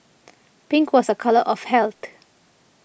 pink was a colour of health